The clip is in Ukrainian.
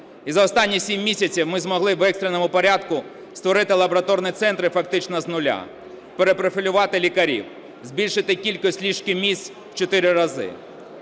І за останні 7 місяців ми змогли в екстреному порядку створити лабораторні центри фактично з нуля, перепрофілювати лікарів, збільшити кількість ліжко-місць в 4 рази.